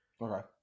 Okay